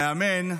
המאמן,